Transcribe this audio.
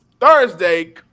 Thursday